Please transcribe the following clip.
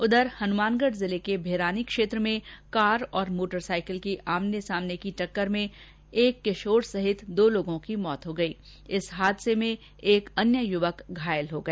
उधर हनुमानगढ़ जिले के भिरानी क्षेत्र में कार और मोटरसाइकिल के आमने सामने टकरा जाने से एक किशोर सहित दो लोगों की मौत हो गई जबकि एक युवक घायल हो गया